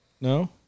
No